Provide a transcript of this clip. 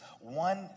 one